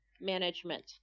management